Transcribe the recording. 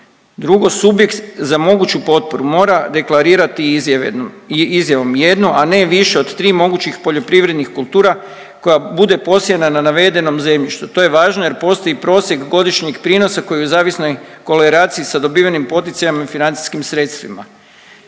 drugo subjekt za moguću potporu mora deklarirati izjavom jednu, a ne više mogućih poljoprivrednih kultura koja bure posijana na navedenom zemljištu, to je važno jer postoji prosjek godišnjeg prinosa koja je u zavisnoj koleraciji sa dobivanjem poticajem i financijskim sredstvima.